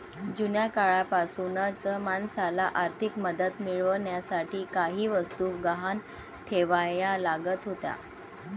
जुन्या काळापासूनच माणसाला आर्थिक मदत मिळवण्यासाठी काही वस्तू गहाण ठेवाव्या लागत होत्या